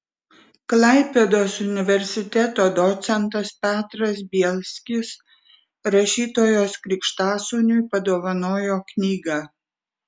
klaipėdos universiteto docentas petras bielskis rašytojos krikštasūniui padovanojo knygą